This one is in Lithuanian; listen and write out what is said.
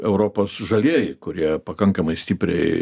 europos žalieji kurie pakankamai stipriai